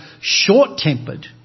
short-tempered